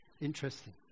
Interesting